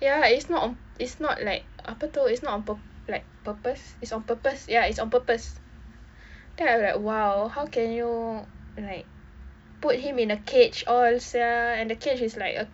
ya it's not on it's not like apa itu it's not on pur~ like purpose it's on purpose ya it's on purpose then I was like !wow! how can you like put him in a cage all sia and the cage is like a